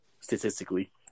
statistically